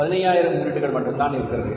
பதினையாயிரம் யூனிட் மட்டும் இருக்கிறது